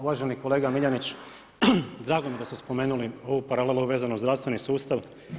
Uvaženi kolega Miljenić, drago mi je daste spomenuli ovu paralelu vezano uz zdravstveni sustav.